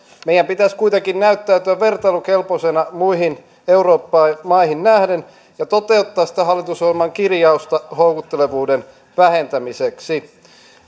meidän pitäisi kuitenkin näyttäytyä vertailukelpoisena muihin euroopan maihin nähden ja toteuttaa sitä hallitusohjelman kirjausta houkuttelevuuden vähentämiseksi